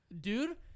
Dude